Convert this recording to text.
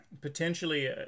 potentially